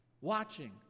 watching